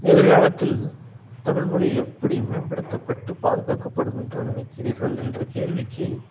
எதிர்க்காலத்தில் தமிழ் மொழி எப்படி மேம்படுத்தப்பட்டு பாதுக்காக்கப்படும் என்று நினைக்கிறீர்கள் என்ற கேள்விக்கு